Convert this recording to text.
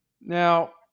Now